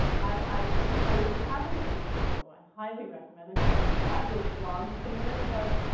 i just so if you haven't seen her show, i highly recommend it. she's got a fabulous blog. you can learn about,